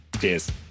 Cheers